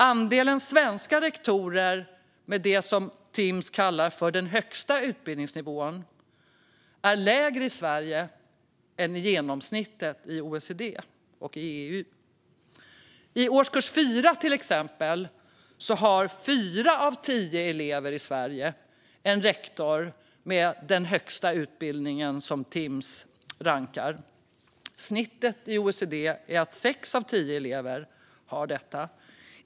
Andelen rektorer med det som Timss kallar för den högsta utbildningsnivån är lägre i Sverige än genomsnittet i OECD och EU. I årskurs 4, till exempel, har fyra av tio elever i Sverige en rektor med den utbildning som Timss rankar som den högsta. Snittet i OECD är sex av tio elever.